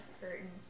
curtain